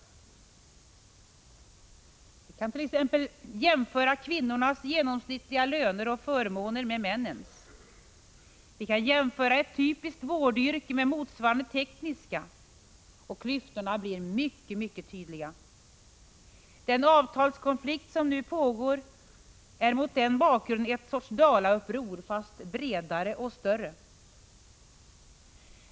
Vi kan t.ex. jämföra kvinnornas genomsnittliga löner och förmåner med männens. Vi kan jämföra ett typiskt vårdyrke med motsvarande tekniska yrke och klyftorna blir mycket tydliga. Den avtalskonflikt som nu pågår är mot den bakgrunden ett sorts Dalauppror, fast bredare och större.